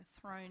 thrown